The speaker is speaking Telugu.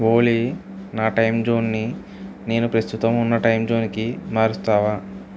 ఓలీ నా టైమ్ జోన్ని నేను ప్రస్తుతం ఉన్న టైమ్ జోన్కి మారుస్తావా